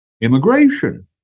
immigration